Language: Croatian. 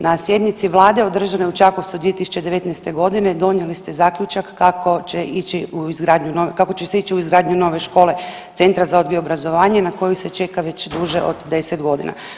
Na sjednici Vlade održane u Čakovcu 2019. g. donijeli ste zaključak kako će ići u izgradnju .../nerazumljivo/... kako će se ići u izgradnju nove škole, Centra za odgoj i obrazovanje na koju se čeka već duže od 10 godina.